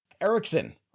Erickson